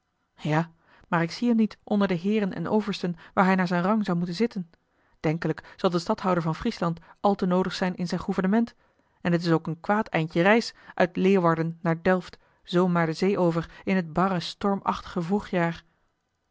ja maar ik zie hem niet onder de heeren en oversten waar hij naar zijn rang zou moeten zitten denkelijk zal de stadhouder van friesland al te noodig zijn in zijn gouvernement en t is ook een kwaad eindje reis uit leeuwarden naar delft zoo maar de zee over in t barre stormachtige